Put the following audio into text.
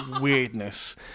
weirdness